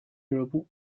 俱乐部